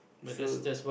so